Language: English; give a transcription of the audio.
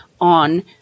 on